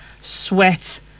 sweat